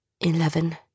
eleven